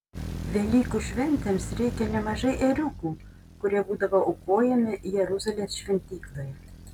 velykų šventėms reikia nemažai ėriukų kurie būdavo aukojami jeruzalės šventykloje